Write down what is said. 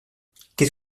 qu’est